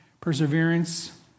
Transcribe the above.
perseverance